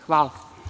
Hvala.